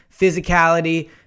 physicality